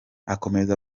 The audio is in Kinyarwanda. akomeza